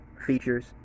features